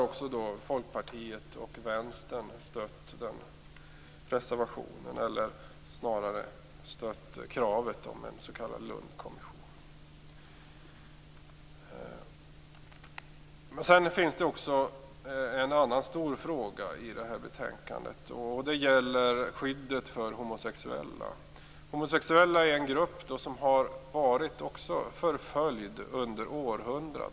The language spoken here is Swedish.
Också Folkpartiet och Vänstern har stött den reservationen, eller snarare kravet på en s.k. Lundkommission. Det finns också en annan stor fråga i detta betänkande. Det gäller skyddet för homosexuella. Homosexuella är en grupp som har varit förföljd under århundraden.